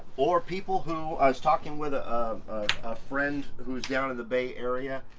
or people who. i was talking with a um ah friend who was down in the bay area,